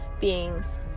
beings